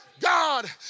God